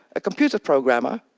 a computer programmer,